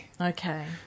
Okay